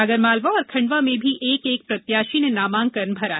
आगरमालवा और खंडवा में भी एक एक प्रत्याशी ने नामांकन भरे